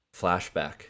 Flashback